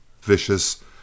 vicious